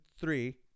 three